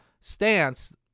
stance